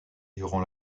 durant